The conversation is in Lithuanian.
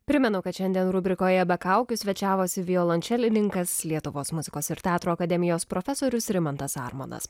primenu kad šiandien rubrikoje be kaukių svečiavosi violončelininkas lietuvos muzikos ir teatro akademijos profesorius rimantas armonas